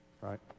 Right